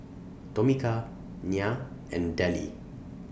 Tomika Nya and Dellie